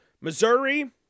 Missouri